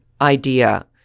idea